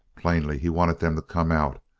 plainly he wanted them to come out.